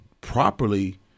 properly